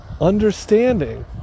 understanding